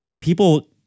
people